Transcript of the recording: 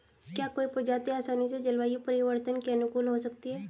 क्या कोई प्रजाति आसानी से जलवायु परिवर्तन के अनुकूल हो सकती है?